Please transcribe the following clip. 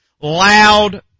Loud